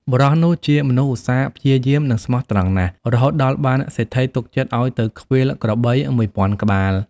បុរសនោះជាមនុស្សឧស្សាហ៍ព្យាយាម និងស្មោះត្រង់ណាស់ រហូតដល់បានសេដ្ឋីទុកចិត្តឲ្យទៅឃ្វាលក្របី ១០០០ ក្បាល។